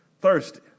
thirsty